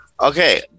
okay